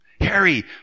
Harry